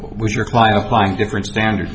was your client applying different standards